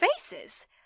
faces